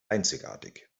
einzigartig